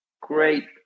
great